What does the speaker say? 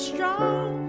Strong